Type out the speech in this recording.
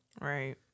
Right